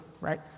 Right